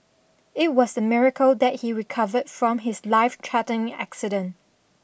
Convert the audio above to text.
it was a miracle that he recovered from his life-threatening accident